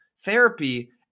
therapy